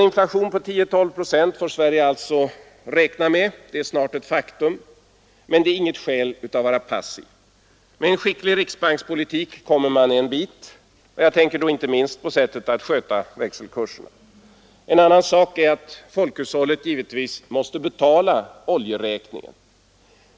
Sverige får räkna med en inflation på 10—12 procent. Den är snart ett faktum, men det är inget skäl till att vara passiv. Med en skicklig riksbankspolitik kommer man en bit — jag tänker då inte minst på sättet att sköta växelkurserna. En annan sak är att folkhushållet givetvis måste betala oljeräkningen.